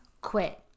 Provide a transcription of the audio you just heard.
quit